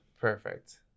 perfect